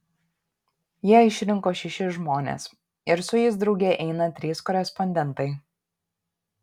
jie išrinko šešis žmones ir su jais drauge eina trys korespondentai